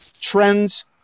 trends